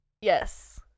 Yes